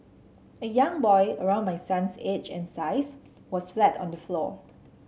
a young boy around my son's age and size was flat on the floor